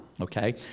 Okay